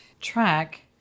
track